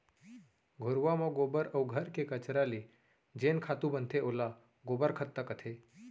घुरूवा म गोबर अउ घर के कचरा ले जेन खातू बनथे ओला गोबर खत्ता कथें